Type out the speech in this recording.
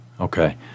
Okay